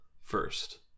first